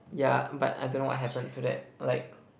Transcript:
yeah but I don't know what happened to that like